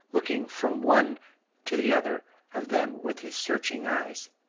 looking from one to the other of them with his searching eyes.